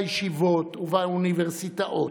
בישיבות ובאוניברסיטאות,